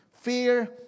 Fear